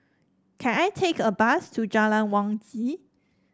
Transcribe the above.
can I take a bus to Jalan Wangi